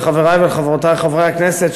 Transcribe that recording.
חברי וחברותי חברי הכנסת,